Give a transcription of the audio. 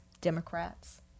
democrats